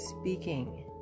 speaking